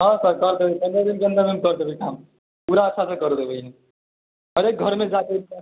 हँ सर कर देबै पन्द्रह दिनके अंदरमे कर देबै काम पूरा अच्छासँ कर देबै हरेक घरमे जाके